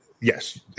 Yes